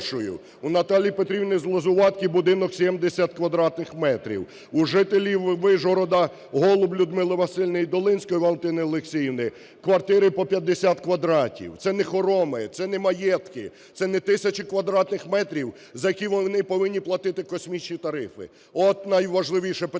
у Наталії Петрівни зЛозуватки будинок 70 квадратних метрів. У жителів Вишгорода Голуб Людмили Василівни і Долинської Валентини Олексіївни квартири по 50 квадратів – це не хороми, це не маєтки, це не тисячі квадратних метрів, за які вони повинні платити космічні тарифи. От найважливіше питання